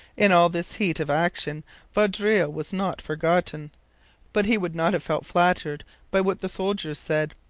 in all this heat of action vaudreuil was not forgotten but he would not have felt flattered by what the soldiers said.